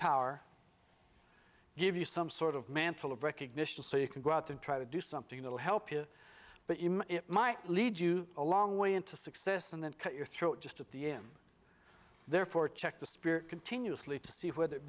power give you some sort of mantle of recognition so you can go out and try to do something that will help you but it might lead you a long way into success and then cut your throat just at the am therefore check the spirit continuously to see whether it